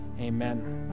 amen